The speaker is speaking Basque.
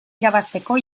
irabazteko